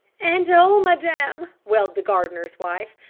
and, oh, madame, wailed the gardener's wife,